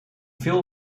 veel